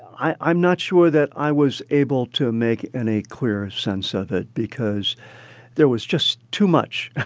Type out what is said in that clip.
i'm not sure that i was able to make any clear sense of it because there was just too much.